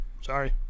Sorry